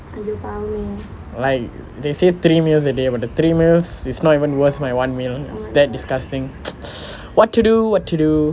like they say three meals a day but the three meals is not even worth my one meal is that disgusting what to do what to do